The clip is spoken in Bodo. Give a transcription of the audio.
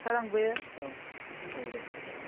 सार आं बे औ औ दे सार